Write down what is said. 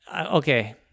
okay